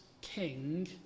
king